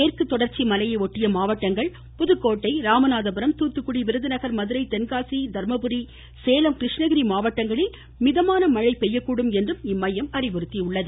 மேற்கு தொடர்ச்சி மலையை ஒட்டிய மாவட்டங்கள் புதுக்கோட்டை ராமநாதபுரம் தூத்துகுடி விருதுநகர் மதுரை தென்காசி தர்மபுரி சேலம் கிருஷ்ணகிரி மாவட்டங்களில் இன்று மிதமான மழைக்கு வாய்ப்பிருப்பதாகவும் அம்மையம் கூறியுள்ளது